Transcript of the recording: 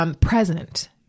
present –